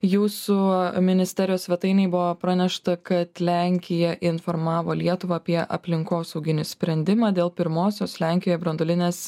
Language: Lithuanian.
jūsų ministerijos svetainėj buvo pranešta kad lenkija informavo lietuvą apie aplinkosauginį sprendimą dėl pirmosios lenkijoje branduolinės